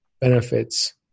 benefits